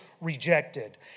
rejected